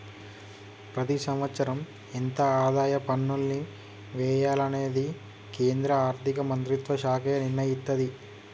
ప్రతి సంవత్సరం ఎంత ఆదాయ పన్నుల్ని వెయ్యాలనేది కేంద్ర ఆర్ధిక మంత్రిత్వ శాఖే నిర్ణయిత్తది